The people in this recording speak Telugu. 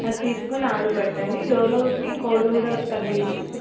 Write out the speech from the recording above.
అది తీసుకుని ఆవిరి పట్టండి డోలోకి కోల్డ్ కూడా తగ్గిద్ది